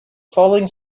falling